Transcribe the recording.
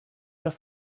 were